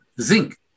Zinc